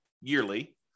yearly